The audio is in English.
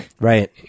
Right